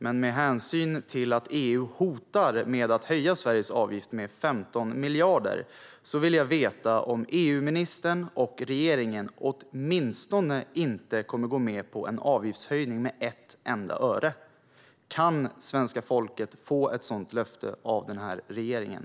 Men med hänsyn till att EU hotar med att höja Sveriges avgift med 15 miljarder vill jag veta om EU-ministern och regeringen åtminstone inte kommer att gå med på en avgiftshöjning med ett enda öre. Kan svenska folket få ett sådant löfte av den här regeringen?